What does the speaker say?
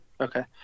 Okay